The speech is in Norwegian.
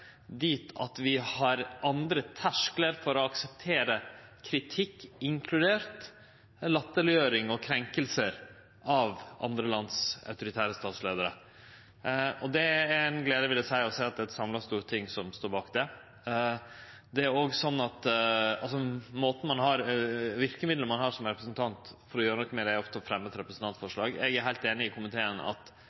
at vi har andre tersklar for å akseptere kritikk, inkludert latterleggjering og krenking av andre lands autoritære statsleiarar. Det er ei glede å sjå at det er eit samla storting som står bak det. Verkemiddelet ein har for å gjere noko som representant, er ofte å fremje eit representantforslag. Eg er heilt einig med komiteen i at